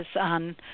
on